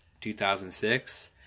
2006